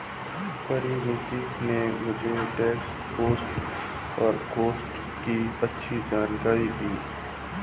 परिनीति ने मुझे tax pros और कोन्स की अच्छी जानकारी दी है